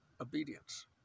obedience